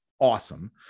awesome